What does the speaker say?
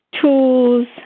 tools